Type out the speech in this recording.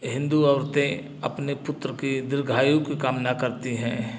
हिंदू औरतें अपने पुत्र की दीर्घायु की कामना करती हैं